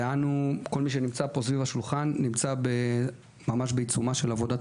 כל מי שנמצא פה סביב השולחן נמצא בעיצומה של ועדת